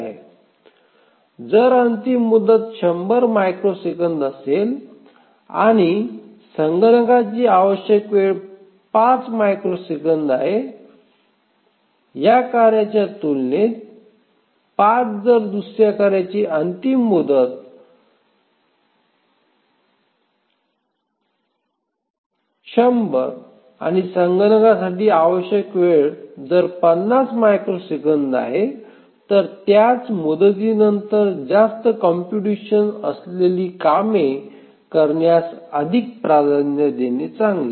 जर अंतिम मुदत 100 मायक्रोसेकंद असेल आणि संगणकाची आवश्यक वेळ ही 5 मायक्रोसेकंद आहे या कार्याच्या तुलनेत 5 जर दुसऱ्या कार्याची अंतिम मुदत १०० आणि संगणकासाठी आवश्यक वेळ जर 50 मायक्रोसेकंद आहे तर त्याच मुदतीनंतर जास्त कॉम्पुटेशन असलेली कामे करण्यास अधिक प्राधान्य देणे चांगले